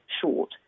short